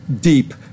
deep